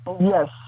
Yes